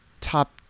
top